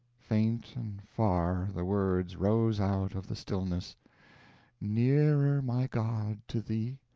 faint and far the words rose out of the stillness nearer, my god, to thee,